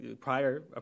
prior